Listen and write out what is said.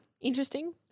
Interesting